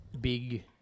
big